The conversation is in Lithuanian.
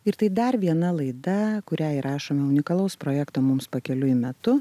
ir tai dar viena laida kurią įrašome unikalaus projekto mums pakeliui metu